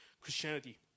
Christianity